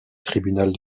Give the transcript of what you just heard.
tribunal